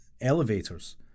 elevators